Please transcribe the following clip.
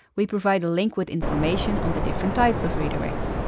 we provide a link with information on the different types of redirects.